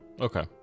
Okay